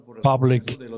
public